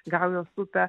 gaujos upę